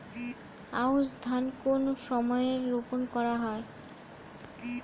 আউশ ধান কোন সময়ে রোপন করা হয়?